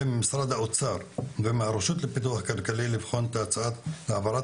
ממשרד האוצר ומהרשות לפיתוח כלכלי לבחון את הצעת העברת